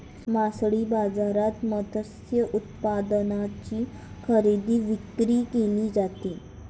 मासळी बाजारात मत्स्य उत्पादनांची खरेदी विक्री केली जाते